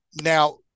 Now